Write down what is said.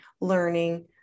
learning